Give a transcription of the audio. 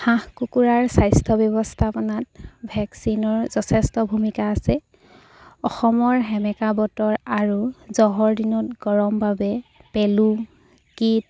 হাঁহ কুকুৰাৰ স্বাস্থ্য ব্যৱস্থাপনাত ভেকচিনৰ যথেষ্ট ভূমিকা আছে অসমৰ সেমেকা বতৰ আৰু জহৰদিনত গৰম বাবে পেলু কীট